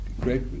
great